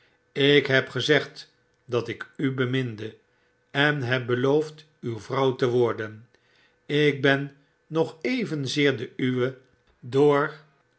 ik heb gezegd dat ik u beminde en heb beloofd uw vrouw te worden ik ben nog evenzeer de uwe door